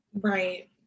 right